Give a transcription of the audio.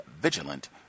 vigilant